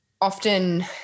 often